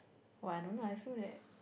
!wah! I don't know I feel that